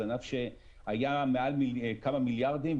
זה ענף שהיה מעל כמה מיליארדים,